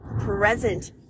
present